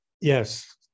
Yes